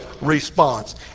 response